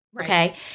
Okay